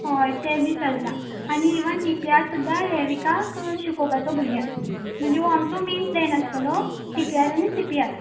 हॉय तें बी चलता आनी इवन टी पी आर सुद्दां हे विकाक शिकोवपाचो भुरग्यांक म्हणजे वो आमचो मेन प्लॅन आसतोलो टी पी आर आनी सी पी आर